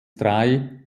drei